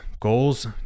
Goals